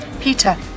Peter